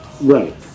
Right